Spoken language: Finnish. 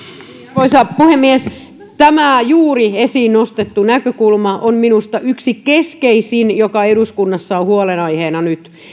arvoisa puhemies tämä juuri esiin nostettu näkökulma on minusta yksi keskeisimpiä joka eduskunnassa on huolenaiheena nyt